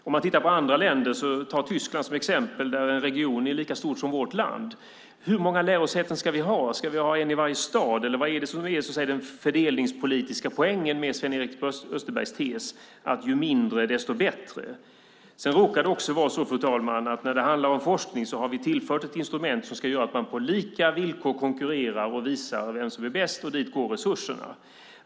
Om man tittar på andra länder, ta Tyskland som exempel, kan man se att en region är lika stor som vårt land. Hur många lärosäten ska vi ha? Ska vi ha ett i varje stad eller vad är så att säga den fördelningspolitiska poängen med Sven-Erik Österbergs tes ju mindre desto bättre? Sedan råkar det också vara så, fru talman, att när det handlar om forskning har vi tillfört ett instrument som ska göra att man på lika villkor konkurrerar och visar vem som är bäst, och dit går resurserna.